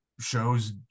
shows